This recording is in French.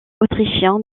autrichien